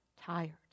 tired